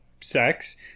sex